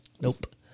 Nope